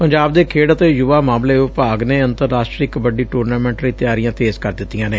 ਪੰਜਾਬ ਦੇ ਖੇਡ ਅਤੇ ਯੁਵਾ ਮਾਮਲੇ ਵਿਭਾਗ ਨੇ ਅੰਤਰਰਾਸ਼ਟਰੀ ਕਬੱਡੀ ਟੂਰਨਾਮੈਂਟ ਲਈ ਤਿਆਰੀਆਂ ਤੇਜ਼ ਕਰ ਦਿੱਤੀਆਂ ਨੇ